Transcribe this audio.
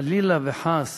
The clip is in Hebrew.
חלילה וחס